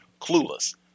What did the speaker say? clueless